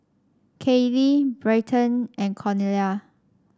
Kayley Bryton and Cornelia